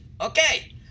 Okay